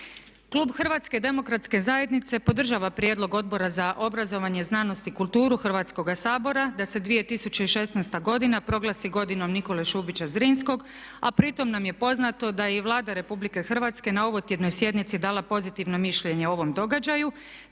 Klub HDZ-a podržava prijedlog Odbora za obrazovanje, znanost i kulturu Hrvatskoga sabora da se 2016. godina proglasi godinom Nikole Šubića Zrinskog a pritom nam je poznato da je i Vlada Republike Hrvatske na ovotjednoj sjednici dala pozitivno mišljenje o ovom događaju